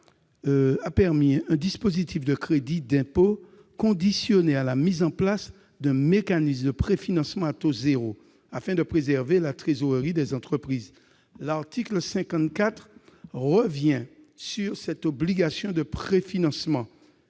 à un dispositif de crédit d'impôt était conditionné à la mise en place d'un mécanisme de préfinancement à taux zéro afin de préserver la trésorerie des entreprises. L'article 55 revient sur cette obligation de préfinancement,